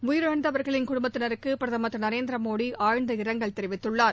உயிரிழந்தவர்களின் குடும்பத்தினருக்கு பிரதமர் திரு நரேந்திரமோடி ஆழ்ந்த இரஙகல் தெரிவித்துள்ளார்